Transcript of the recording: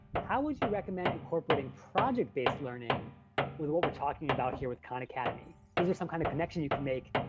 how would you recommend incorporating project based learning with what we're talking about here with khan academy? is there some kinda kind of connection you can make,